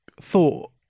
thought